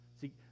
See